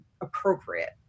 appropriate